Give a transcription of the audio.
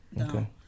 Okay